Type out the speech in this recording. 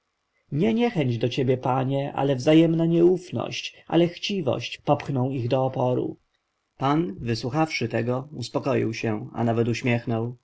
nie niechęć do ciebie panie ale wzajemna nieufność ale chciwość popchną ich do oporu pan wysłuchawszy tego uspokoił się a nawet uśmiechnął